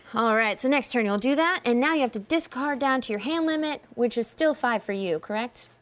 alright, so next turn, you'll do that, and now you have to discard down to your hand limit, which is still five for you, correct?